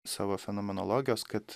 savo fenomenologijos kad